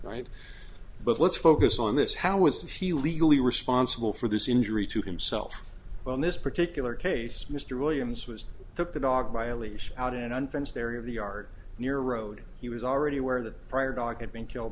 right but let's focus on this how is he legally responsible for this injury to himself on this particular case mr williams was that the dog by a leash out in an fenced area of the yard near a road he was already aware that prior dog had been killed